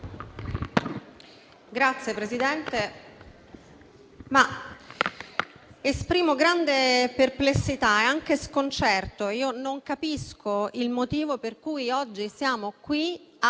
Signora Presidente, esprimo grande perplessità e anche sconcerto, perché non capisco il motivo per cui oggi siamo qui